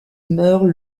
meurt